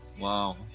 Wow